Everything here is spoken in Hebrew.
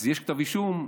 אז יש כתב אישום.